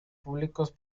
públicos